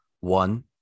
one